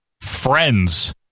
Friends